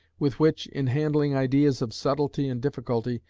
with which, in handling ideas of subtlety and difficulty,